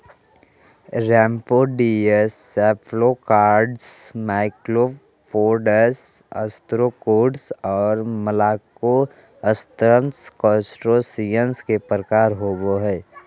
remipedes, cephalocarids, maxillopods, ostracods, और malacostracans, crustaceans के प्रकार होव हइ